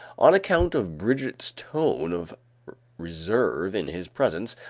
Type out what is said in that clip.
on account of brigitte's tone of reserve in his presence,